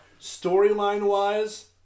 Storyline-wise